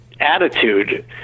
attitude